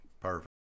perfect